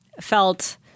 felt